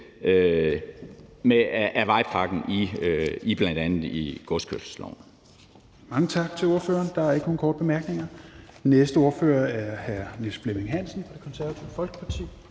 (Rasmus Helveg Petersen): Mange tak til ordføreren. Der er ikke nogen korte bemærkninger. Den næste ordfører er hr. Niels Flemming Hansen fra Det Konservative Folkeparti.